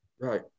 right